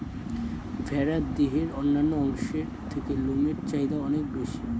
ভেড়ার দেহের অন্যান্য অংশের থেকে লোমের চাহিদা অনেক বেশি